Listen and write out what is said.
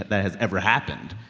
that has ever happened.